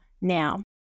now